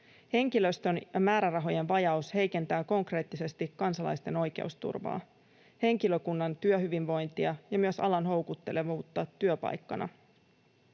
Henkilöstön ja määrärahojen vajaus heikentää konkreettisesti kansalaisten oikeusturvaa, henkilökunnan työhyvinvointia ja myös alan houkuttelevuutta työpaikkana.